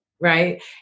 right